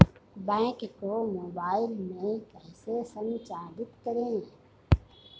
Bank को mobile में कैसे संचालित करें?